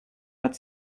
hat